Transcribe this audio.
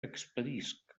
expedisc